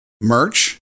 Merch